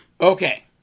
Okay